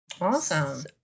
Awesome